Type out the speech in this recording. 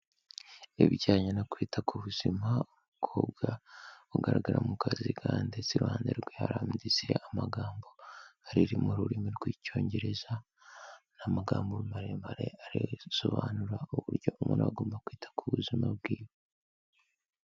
Ibijyanye no kwita ku buzima, umukobwa ugaragara mu kaziga, ndetse iruhande rwe handitse amagambo ari mu rurimi rw'icyongereza, ni amagambo maremare asobanura uburyo umuntu agomba kwita ku buzima bwiwe.